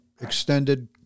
extended